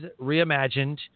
Reimagined